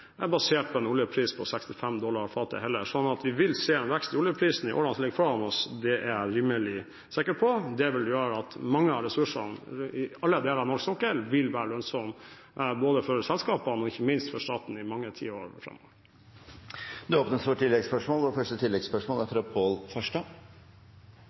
basert på en oljepris på 65 dollar. Så at vi vil se en vekst i oljeprisen i årene som ligger foran oss, er jeg rimelig sikker på. Det vil gjøre at mange av ressursene i alle deler av norsk sokkel vil være lønnsomme, både for selskapene og ikke minst for staten, i mange tiår framover. Det åpnes for